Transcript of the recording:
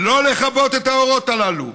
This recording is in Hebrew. לא לכבות את האורות הללו,